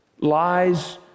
lies